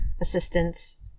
assistance